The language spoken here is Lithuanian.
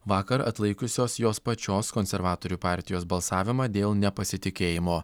vakar atlaikiusios jos pačios konservatorių partijos balsavimą dėl nepasitikėjimo